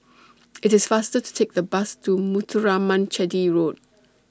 IT IS faster to Take The Bus to Muthuraman Chetty Road